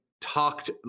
talked